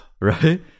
right